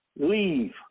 Leave